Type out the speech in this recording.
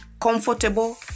comfortable